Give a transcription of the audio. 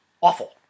awful